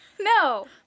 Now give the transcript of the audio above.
No